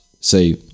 Say